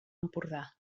empordà